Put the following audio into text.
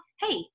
Hey